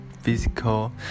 physical